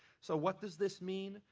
so what does this mean?